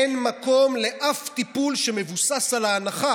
אין מקום לאף טיפול שמבוסס על ההנחה